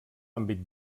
àmbit